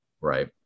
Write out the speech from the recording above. right